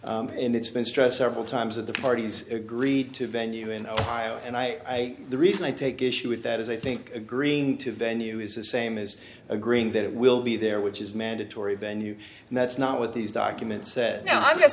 is and it's been stressed several times of the parties agreed to venue in and i the reason i take issue with that is i think agreeing to a venue is the same as agreeing that it will be there which is mandatory venue and that's not what these documents said now i'm